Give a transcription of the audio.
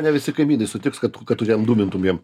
ne visi kaimynai sutiks kad kad tu ten dūmintum jiem